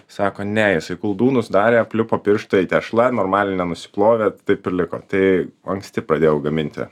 sako ne jisai koldūnus darė aplipo pirštai tešla normaliai nenusiplovė taip ir liko tai anksti pradėjau gaminti